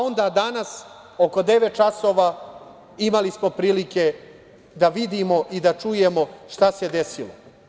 Onda danas oko 9.00 časova, imali smo prilike da vidimo i da čujemo šta se desilo.